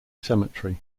cemetery